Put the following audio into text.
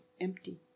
empty